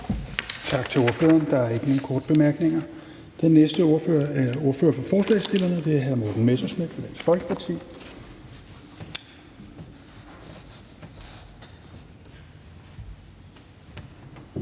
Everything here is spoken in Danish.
Tak til ordføreren. Der er ikke nogen korte bemærkninger. Den næste er ordføreren for forslagsstillerne, hr. Morten Messerschmidt fra Dansk Folkeparti.